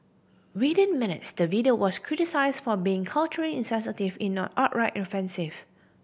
within minutes the video was criticised for being culturally insensitive if not outright offensive